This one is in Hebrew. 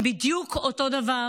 הן בדיוק אותו דבר